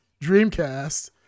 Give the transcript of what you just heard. Dreamcast